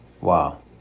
Wow